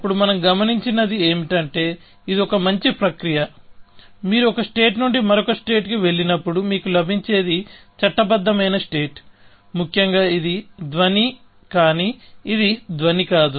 అప్పుడు మనం గమనించినది ఏమిటంటే ఇది ఒక మంచి ప్రక్రియ మీరు ఒక స్టేట్ నుండి మరొక స్టేట్ కి వెళ్ళినప్పుడు మీకు లభించేది చట్టబద్ధమైన స్టేట్ ముఖ్యంగా ఇది ధ్వని కానీ ఇది ధ్వని కాదు